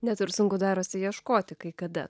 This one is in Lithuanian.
net ir sunku darosi ieškoti kai kada